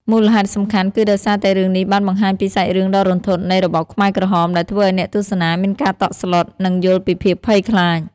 មូលហេតុសំខាន់គឺដោយសារតែរឿងនេះបានបង្ហាញពីសាច់រឿងដ៏រន្ធត់នៃរបបខ្មែរក្រហម ដែលធ្វើឲ្យអ្នកទស្សនាមានការតក់ស្លុត និងយល់ពីភាពភ័យខ្លាច។